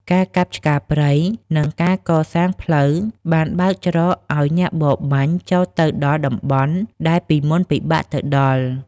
ការកាប់ឆ្ការព្រៃ និងការកសាងផ្លូវបានបើកច្រកឱ្យអ្នកបរបាញ់ចូលទៅដល់តំបន់ដែលពីមុនពិបាកទៅដល់។